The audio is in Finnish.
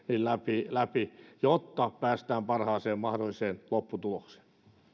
läpi läpi jotta päästään parhaaseen mahdolliseen lopputulokseen